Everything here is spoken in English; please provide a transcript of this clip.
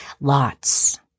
Lots